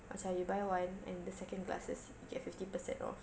macam you buy one and the second glasses you get fifty percent off